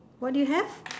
what do you have